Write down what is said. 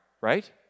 right